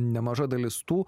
nemaža dalis tų